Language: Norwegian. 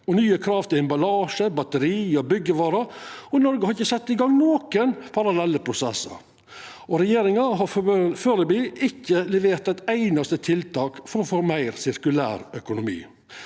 og nye krav til emballasje, batteri og byggjevarer. Noreg har ikkje sett i gang nokon parallelle prosessar. Regjeringa har foreløpig ikkje levert eit einaste tiltak for å få ein meir sirkulær økonomi.